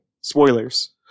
Spoilers